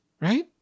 Right